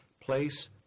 place